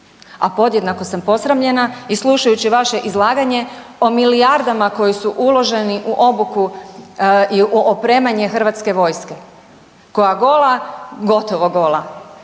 A podjednako sam posramljena i slušajući vaše izlaganje o milijardama koji su uloženi u obuku i u opremanje HV-a koja gola, gotovo gola,